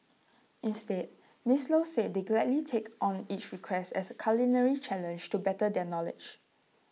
instead miss low said they gladly take on each request as A culinary challenge to better their knowledge